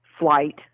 flight